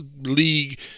league